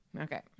Okay